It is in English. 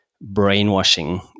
brainwashing